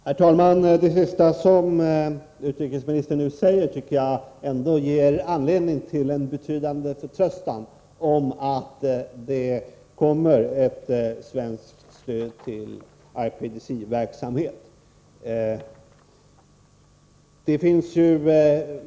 Herr talman! Det sista utrikesministern sade tycker jag ger anledning till en betydande förtröstan om att vi kan se fram mot ett svenskt stöd till IPDC-verksamhet.